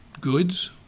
goods